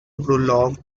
prologue